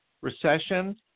recession